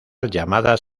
llamadas